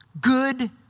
good